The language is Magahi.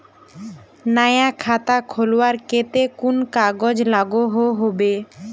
नया खाता खोलवार केते कुन कुन कागज लागोहो होबे?